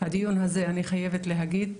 הדיון הזה אני חייבת להגיד,